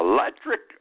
Electric